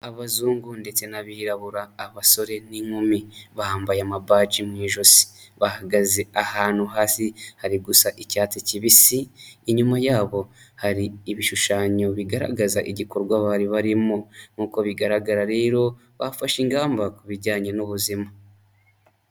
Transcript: Abazungu ndetse n'abirabura, abasore n'inkumi bambaye amabaji mu ijosi, bahagaze ahantu hasi hari gusa icyatsi kibisi, inyuma yabo hari ibishushanyo bigaragaza igikorwa bari barimo nk'uko bigaragara rero bafashe ingamba ku bijyanye n'ubuzima.